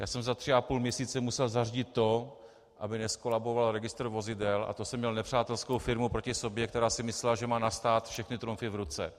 Já jsem za tři a půl měsíce musel zařídit to, aby nezkolaboval registr vozidel, a to jsem měl nepřátelskou firmu proti sobě, která si myslela, že má na stát všechny trumfy v ruce.